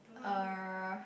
er